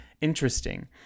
interesting